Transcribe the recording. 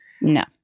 No